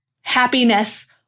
happiness